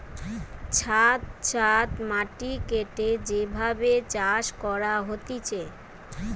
ছাদ ছাদ মাটি কেটে যে ভাবে চাষ করা হতিছে